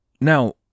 now